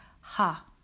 ha